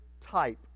type